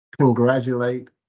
congratulate